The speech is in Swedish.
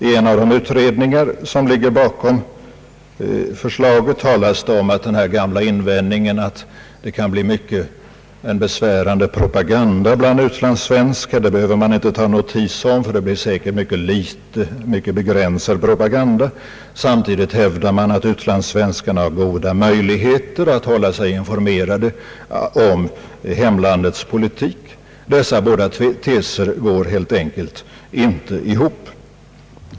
I en av de utredningar som ligger bakom förslaget talas det om den gamla invändningen att det kan bli en mycket besvärande propaganda bland utlandssvenskarna, men att man inte behöver ta någon notis om den saken, ty det blir säkert en mycket begränsad propaganda. Samtidigt hävdar man att utlandssvenskarna har goda möjligheter att hålla sig informerade om hemlandets politik. Dessa båda teser går helt enkelt inte ihop.